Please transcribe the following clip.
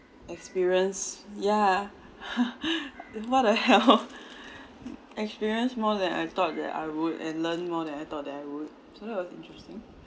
experience ya what the hell experience more than I thought that I would and learn more than I thought that I would so that was interesting